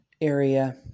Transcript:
area